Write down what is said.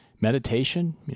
meditation